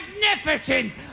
magnificent